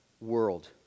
world